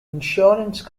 insurance